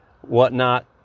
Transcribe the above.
whatnot